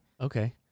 Okay